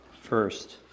first